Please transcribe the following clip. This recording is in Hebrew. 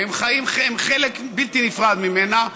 והם חלק בלתי נפרד ממנה,